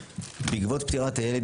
בעקבות פטירת הילד,